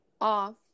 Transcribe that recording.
off